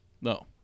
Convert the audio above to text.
No